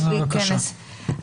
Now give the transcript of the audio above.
בבקשה.